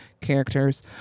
characters